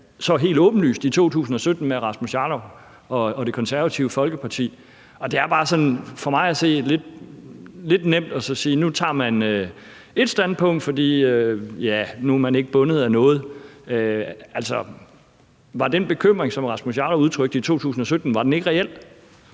så helt åbenlyst i 2017-18 med Rasmus Jarlov og Det Konservative Folkeparti, og det er bare sådan for mig at se lidt nemt at sige, at man nu tager et standpunkt, fordi man ikke er bundet af noget nu. Altså, var den bekymring, som hr. Rasmus Jarlov udtrykte i 2017-18, ikke reel?